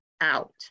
out